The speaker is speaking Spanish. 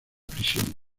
prisión